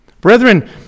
Brethren